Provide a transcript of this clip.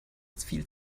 viel